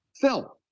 Phil